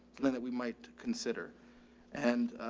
then that we might consider and